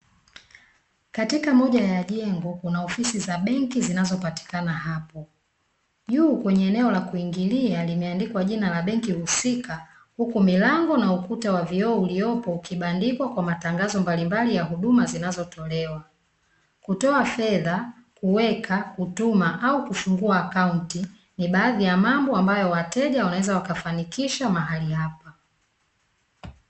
Katika moja ya jengo kuna ofisi za benki zinazopatikana hapo, juu kwenye eneo la kuingilia limeandikwa jina la benki husika huku milango na ukuta wa vioo uliyopo ukibandikwa kwa matangazo mbalimbali ya huduma zinazotolewa. Kutoa fedha, kuweka, kutuma, au kufungua akaunti ni baadhi ya mambo ambayo wateja wanaweza wakafanikisha mahali hapa.